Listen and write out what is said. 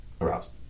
aroused